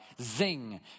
zing